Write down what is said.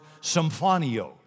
symphonio